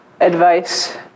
advice